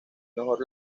mejor